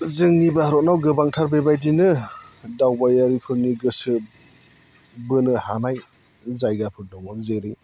जोंनि भारतनाव गोबांथार बेबायदिनो दावबायारिफोरनि गोसो बोनो हानाय जायगाफोर दङ जेरै